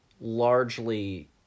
largely